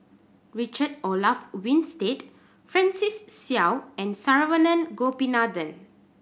Richard Olaf Winstedt Francis Seow and Saravanan Gopinathan